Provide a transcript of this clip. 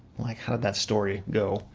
like how did that story go?